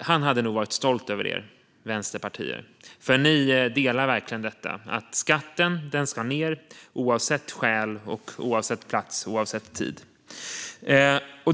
Han hade nog varit stolt över er vänsterpartier. Ni delar verkligen detta att skatten ska ned oavsett skäl, oavsett plats och oavsett tid. Fru talman!